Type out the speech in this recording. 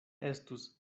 estus